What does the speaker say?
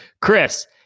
Chris